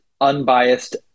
unbiased